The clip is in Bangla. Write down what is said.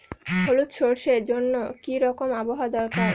হলুদ সরষে জন্য কি রকম আবহাওয়ার দরকার?